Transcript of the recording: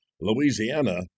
Louisiana